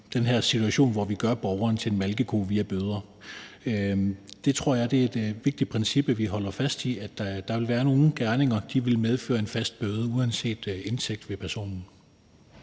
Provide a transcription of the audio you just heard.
en situation, hvor vi bare gør borgeren til en malkeko via bøder. Det tror jeg er et vigtigt princip at holde fast i, altså at nogle gerninger vil medføre en fast bøde uanset personens